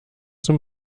zum